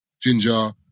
ginger